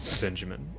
Benjamin